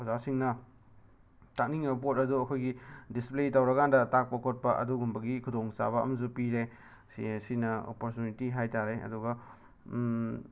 ꯑꯣꯖꯥꯁꯤꯡꯅ ꯇꯥꯛꯅꯤꯡꯂꯤꯕ ꯄꯣꯠ ꯑꯗꯨ ꯑꯩꯈꯣꯏꯒꯤ ꯗꯤꯁꯄ꯭ꯂꯦ ꯇꯧꯔꯒꯥꯟꯗ ꯇꯥꯛꯄ ꯈꯣꯠꯄ ꯑꯗꯨꯒꯨꯝꯕꯒꯤ ꯈꯨꯗꯣꯡꯆꯥꯕ ꯑꯃꯁꯨ ꯄꯤꯔꯦ ꯁꯦ ꯁꯤꯅ ꯑꯣꯄꯣꯔꯆꯨꯅꯤꯇꯤ ꯍꯥꯏꯕ ꯇꯥꯔꯦ ꯑꯗꯨꯒ